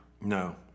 No